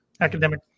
academic